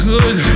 Good